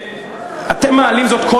אתם תמיד מעלים זאת.